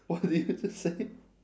what did you just say